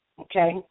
okay